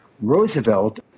Roosevelt